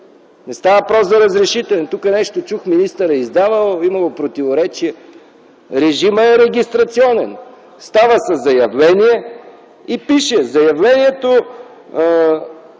не става въпрос за разрешителен. Тук чух нещо– министърът издавал, имало противоречие. Режимът е регистрационен, става със заявление и пише: „Заявлението,